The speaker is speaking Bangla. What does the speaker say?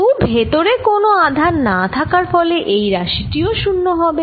কিন্তু ভেতরে কোন আধান না থাকার ফলে এই রাশি টি 0 হবে